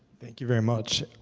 thank you very much.